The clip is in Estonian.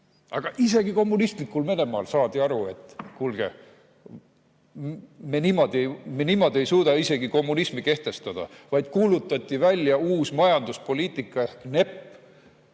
Aga isegi kommunistlikul Venemaal saadi aru, et kuulge, me niimoodi ei suuda isegi kommunismi kehtestada, vaid kuulutati välja uus majanduspoliitika ehk NEP.